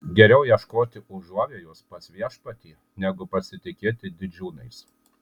geriau ieškoti užuovėjos pas viešpatį negu pasitikėti didžiūnais